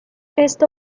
esto